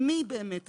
מי באמת אחראי?